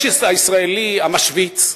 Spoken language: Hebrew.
יש הישראלי המשוויץ,